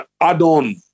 add-on